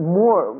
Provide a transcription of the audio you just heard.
more